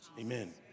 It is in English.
Amen